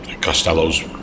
Costello's